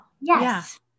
Yes